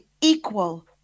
equal